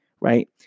right